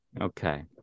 okay